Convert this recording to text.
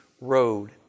road